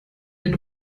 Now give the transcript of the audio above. den